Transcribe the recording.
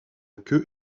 queue